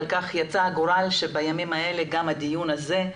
אבל כך רצה הגורל שבימים האלה גם הדיון הזה,